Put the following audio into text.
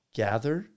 gather